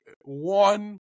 one